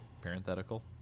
Parenthetical